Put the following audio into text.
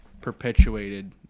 perpetuated